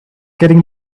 getting